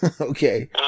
Okay